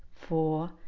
four